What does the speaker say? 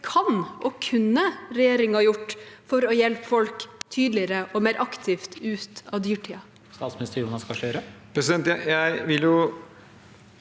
kan og kunne regjeringen ta for å hjelpe folk tydeligere og mer aktivt ut av dyrtiden?